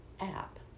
app